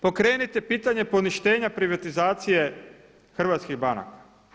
Pokrenite pitanje poništenja privatizacije hrvatskih banaka.